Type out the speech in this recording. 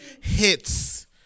hits